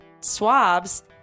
swabs